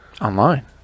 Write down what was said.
Online